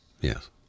Yes